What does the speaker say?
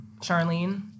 Charlene